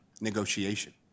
negotiation